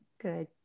good